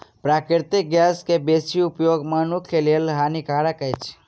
प्राकृतिक गैस के बेसी उपयोग मनुखक लेल हानिकारक अछि